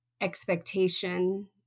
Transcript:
expectation